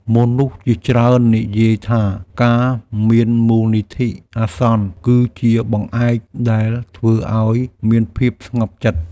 មនុស្សជាច្រើននិយាយថា ការមានមូលនិធិអាសន្ន គឺជាបង្អែកដែលធ្វើឲ្យមានភាពស្ងប់ចិត្ត។